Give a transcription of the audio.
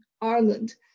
Ireland